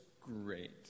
great